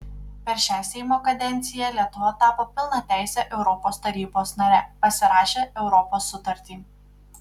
per šią seimo kadenciją lietuva tapo pilnateise europos tarybos nare pasirašė europos sutartį